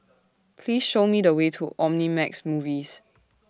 Please Show Me The Way to Omnimax Movies